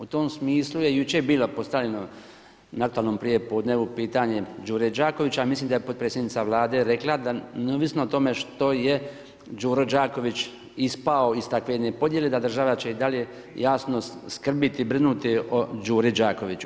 U tom smislu je jučer bilo postavljeno na aktualnom prijepodnevu pitanje Đure Đakovića, a ja mislim da je potpredsjednica Vlade rekla da neovisno o tome što je Đuro Đaković ispao iz takve jedne podjele, da država će i dalje jasno skrbiti, brinuti o Đuri Đakoviću.